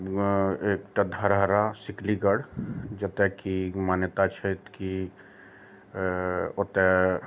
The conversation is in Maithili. एकटा धरहरा सिकलीगढ़ जतए की मान्यता छै कि ओतए